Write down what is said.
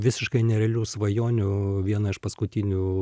visiškai nerealių svajonių viena iš paskutinių